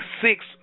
six